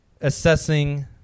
assessing